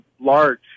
large